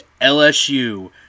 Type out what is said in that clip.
LSU